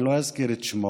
אני לא אזכיר את שמו.